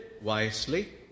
wisely